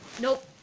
nope